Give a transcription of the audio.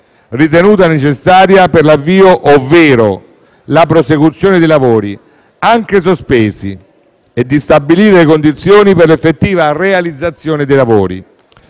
ritenuta necessaria per l'avvio ovvero la prosecuzione dei lavori, anche sospesi e di stabilire le condizioni per l'effettiva realizzazione dei lavori,